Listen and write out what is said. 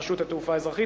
רשות התעופה האזרחית,